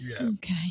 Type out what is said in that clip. okay